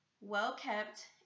well-kept